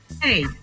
Hey